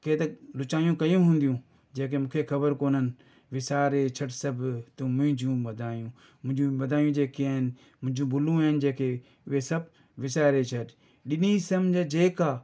कंहिं त लुचायूं कयूं हूंदियूं जेके मूंखे ख़बर कोननि विसारे छॾ सभु तूं मुंहिंजूं मदायूं मुंहिंजूं मदायूं जेके आहिनि मुंहिंजूं भुलूं आहिनि जेके उहे सभु विसारे छॾ ॾिनी समुझ जेका